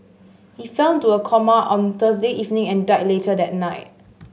he fell into a coma on Thursday evening and died later that night